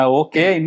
okay